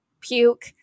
puke